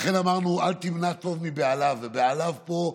לכן אמרנו: אל תמנע טוב מבעליו, ו"בעליו" פה,